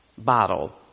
Bottle